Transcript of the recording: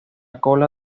cola